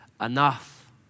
enough